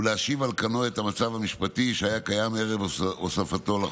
ולהשיב על כנו את המצב המשפטי שהיה קיים ערב הוספתו לחוק.